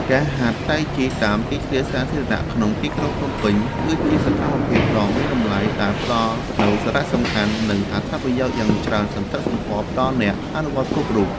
ការហាត់តៃជីតាមទីធ្លាសាធារណៈក្នុងទីក្រុងភ្នំពេញ គឺជាសកម្មភាពដ៏មានតម្លៃដែលផ្ដល់នូវសារៈសំខាន់ និងអត្ថប្រយោជន៍យ៉ាងច្រើនសន្ធឹកសន្ធាប់ដល់អ្នកអនុវត្តគ្រប់រូប។